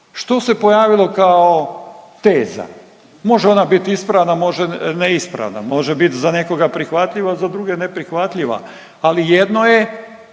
što se pojavilo kao teza? Može ona bit ispravna, može neispravna, može bit za nekoga prihvatljiva, a za druge neprihvatljiva, ali jedno je